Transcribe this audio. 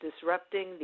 disrupting